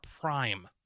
prime